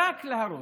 רק להרוס.